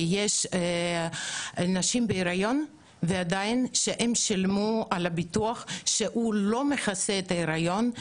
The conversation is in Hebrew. יש נשים בהיריון ששילמו על הביטוח שלא מכסה את ההיריון.